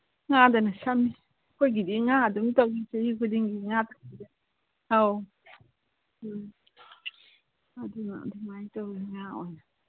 ꯉꯥꯗꯨꯅ ꯁꯝꯃꯤ ꯑꯩꯈꯣꯏꯒꯤꯗꯤ ꯉꯥ ꯑꯗꯨꯝ ꯇꯧꯋꯤ ꯆꯍꯤ ꯈꯨꯗꯤꯡꯒꯤ ꯉꯥ ꯑꯧ ꯎꯝ ꯑꯗꯨꯅ ꯑꯗꯨꯃꯥꯏꯅ ꯇꯧꯋꯦ ꯉꯥ ꯑꯣꯏꯅ